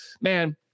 Man